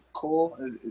cool